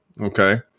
Okay